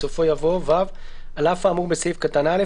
בסופו יבוא: "(ו)על אף האמור בסעיף קטן (א),